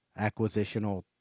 acquisitional